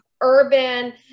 urban